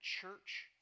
church